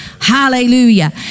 Hallelujah